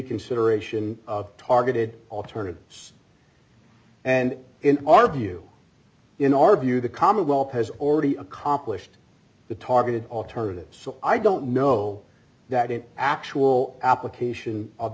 consideration of targeted alternatives and in our view in our view the commonwealth has already accomplished the targeted alternatives so i don't know that in actual application of